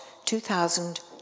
2,000